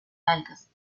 algas